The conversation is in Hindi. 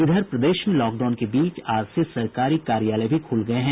इधर प्रदेश में लॉकडाउन के बीच आज से सरकारी कार्यालय भी खुल गये हैं